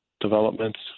developments